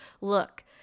look